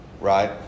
Right